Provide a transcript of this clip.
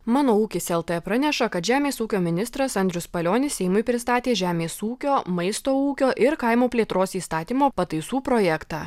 mano ūkis lt praneša kad žemės ūkio ministras andrius palionis seimui pristatė žemės ūkio maisto ūkio ir kaimo plėtros įstatymo pataisų projektą